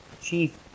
chief